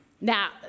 Now